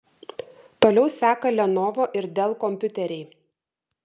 toliau seka lenovo ir dell kompiuteriai